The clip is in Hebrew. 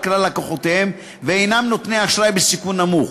כלל לקוחותיהם ואינם נותני אשראי בסיכון נמוך.